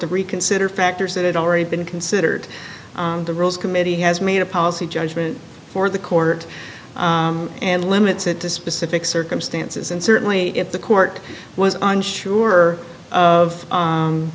to reconsider factors that had already been considered the rules committee has made a policy judgment for the court and limits it to specific circumstances and certainly if the court was unsure of